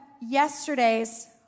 yesterday's